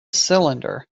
cylinder